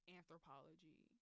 anthropology